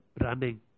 running